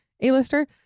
A-lister